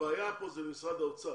הבעיה כאן הוא משרד האוצר.